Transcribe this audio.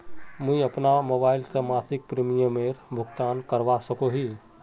मुई अपना मोबाईल से मासिक प्रीमियमेर भुगतान करवा सकोहो ही?